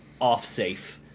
off-safe